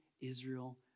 Israel